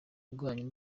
bwanyu